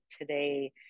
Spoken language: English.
today